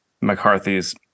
mccarthy's